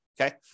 Okay